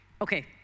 Okay